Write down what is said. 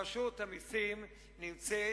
רשות המסים נמצאת